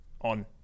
on